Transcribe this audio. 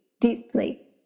deeply